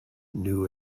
new